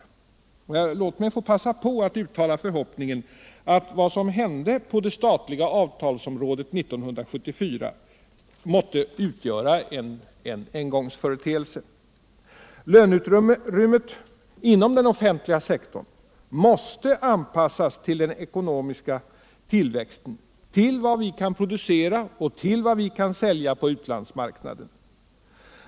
Låt mig få passa på och uttala förhoppningen att vad som hände på det statliga avtalsområdet 1974 måtte utgöra en engångsföreteelse. Löneutrymmet inom den offentliga sektorn måste anpassas till den ekonomiska tillväxten, till vad vi kan producera och till vad vi kan sälja på utlandsmarknaden.